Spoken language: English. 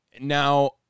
Now